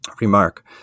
remark